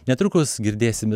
netrukus girdėsim